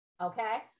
Okay